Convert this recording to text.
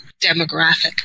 demographic